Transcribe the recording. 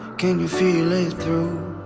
can you feel it through?